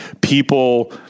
people